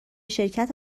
شرکت